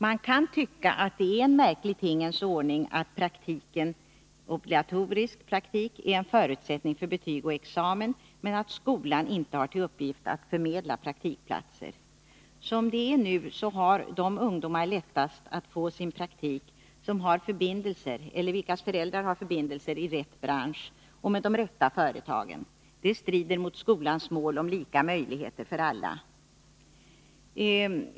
Man kan tycka att det är en märklig tingens ordning att obligatorisk praktik är en förutsättning för betyg och examen, medan skolan inte har till uppgift att förmedla praktikplatser. Som det nu är har de ungdomar lättast att få sin praktik som själva har — eller vilkas föräldrar har — förbindelser i rätt bransch och med rätt företag. Detta strider mot skolans mål om lika möjligheter för alla.